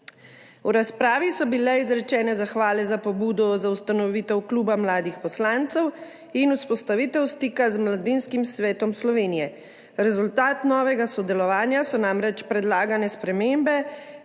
V razpravi so bile izrečene zahvale za pobudo za ustanovitev Kluba mladih poslancev in vzpostavitev stika z Mladinskim svetom Slovenije. Rezultat novega sodelovanja so namreč predlagane spremembe,